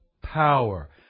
power